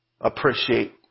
appreciate